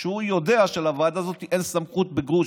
כשהוא יודע שלוועדה הזאת אין סמכות בגרוש,